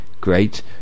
Great